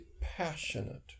passionate